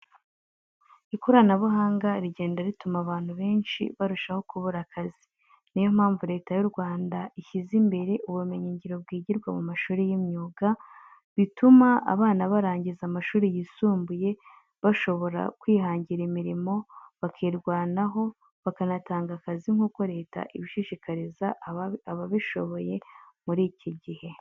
Ikoranabuhanga rigenda rituma abantu benshi barushaho kubura akazi, ni yo mpamvu Leta y' u Rwanda ishyize mbere ubumenyingiro bwigirwa mu mashuri y'imyuga, bituma abana barangiza amashuri yisumbuye bashobora kwihangira imirimo, bakirwanaho, bakanatanga akazi nk'uko leta ibishishikariza ababishoboye muri iki gihe.